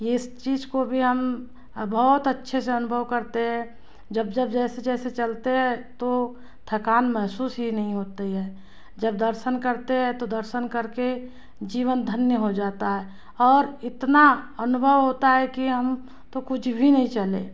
ये इस चीज़ को भी हम बहुत अच्छे से अनुभव करते हैं जब जब जैसे जैसे चलते हैं तो थकान महसूस ही नहीं होती है जब दर्शन करते हैं तो दर्शन कर के जीवन धन्य हो जाता है और इतना अनुभव होता है कि हम तो कुछ भी नही चले